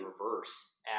reverse